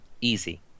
easy